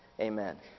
Amen